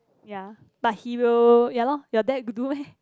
ya but he will ya lor your dad got do meh